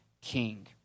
king